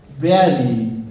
barely